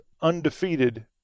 undefeated